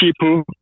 people